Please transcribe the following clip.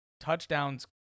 touchdowns